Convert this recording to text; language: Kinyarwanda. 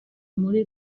muri